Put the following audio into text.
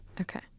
Okay